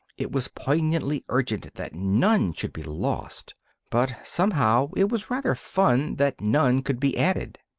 it was poignantly urgent that none should be lost but somehow, it was rather fun that none could be added.